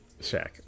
Shaq